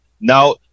Now